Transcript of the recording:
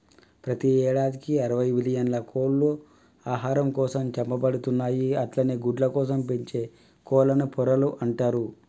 ప్రతి యేడాదికి అరవై బిల్లియన్ల కోళ్లు ఆహారం కోసం చంపబడుతున్నయి అట్లనే గుడ్లకోసం పెంచే కోళ్లను పొరలు అంటరు